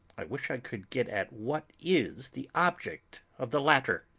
i wish i could get at what is the object of the latter.